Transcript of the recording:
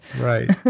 right